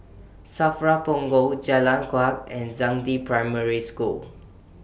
SAFRA Punggol Jalan Kuak and Zhangde Primary School